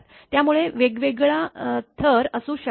त्यामुळे वेगवेगळा थर असू शकतात